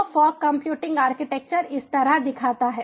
तो fog computing architecture इस तरह दिखता है